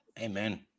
Amen